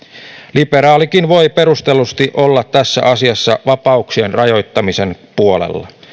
liberaalikin voi perustellusti olla tässä asiassa vapauksien rajoittamisen puolella